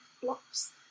blocks